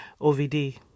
OVD